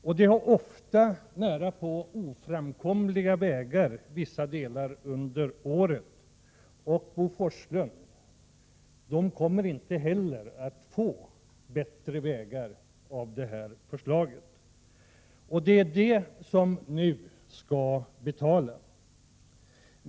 Ofta har de närapå oframkomliga vägar under vissa delar av året. Och, Bo Forslund, de kommer inte heller att få bättre vägar genom det här förslaget. Det är dessa människor som nu skall betala.